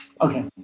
Okay